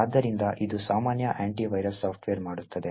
ಆದ್ದರಿಂದ ಇದು ಸಾಮಾನ್ಯ ಆಂಟಿವೈರಸ್ ಸಾಫ್ಟ್ವೇರ್ ಮಾಡುತ್ತದೆ